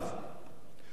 ואני אומר לכם: